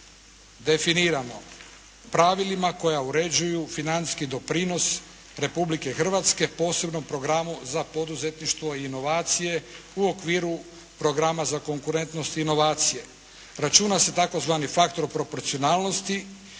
definirano pravilima koja uređuju financijski doprinos Republike Hrvatske posebno u programu za poduzetništvo i inovacije u okviru programa za konkurentnost i inovacije. Računa se tzv. faktor proporcionalnosti